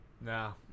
No